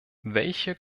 welche